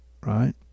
right